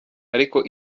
ariko